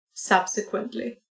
subsequently